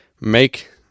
make